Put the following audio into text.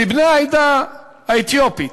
מבני העדה האתיופית,